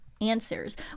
answers